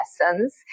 lessons